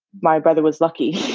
my brother was lucky.